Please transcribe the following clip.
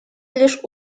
лишь